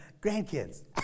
grandkids